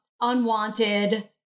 unwanted